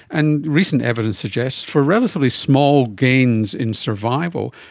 and recent evidence suggests for relatively small gains in survival.